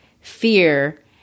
fear